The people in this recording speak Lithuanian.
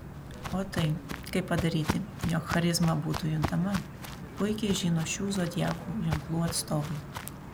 o tai kaip padaryti jog charizma būtų juntama puikiai žino šių zodiako ženklų atstovai